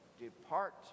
depart